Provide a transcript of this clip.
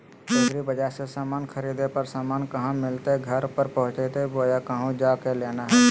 एग्रीबाजार से समान खरीदे पर समान कहा मिलतैय घर पर पहुँचतई बोया कहु जा के लेना है?